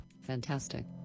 Fantastic